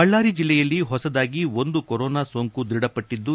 ಬಳ್ಳಾರಿ ಜಿಲ್ಲೆಯಲ್ಲಿ ಹೊಸದಾಗಿ ಒಂದು ಕೊರೋನಾ ಸೋಂಕು ದೃಢಪಟ್ಟದ್ದು